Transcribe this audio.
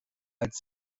als